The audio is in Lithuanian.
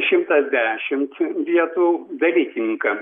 šimtas dešimt vietų dalykininkams